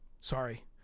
sorry